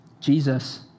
Jesus